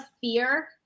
fear